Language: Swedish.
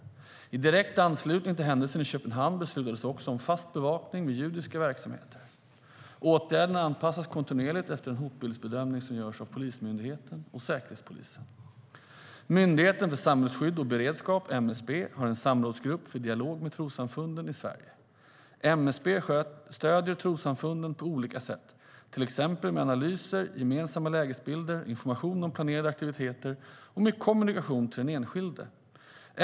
I direkt anslutning till händelsen i Köpenhamn beslutades också om fast bevakning vid judiska verksamheter. Åtgärderna anpassas kontinuerligt efter den hotbildsbedömning som görs av Polismyndigheten och Säkerhetspolisen.Myndigheten för samhällsskydd och beredskap har en samrådsgrupp för dialog med trossamfunden i Sverige. MSB stöder trossamfunden på olika sätt, till exempel med analyser, gemensamma lägesbilder, information om planerade aktiviteter och med kommunikation till den enskilde.